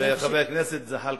חבר הכנסת זחאלקה,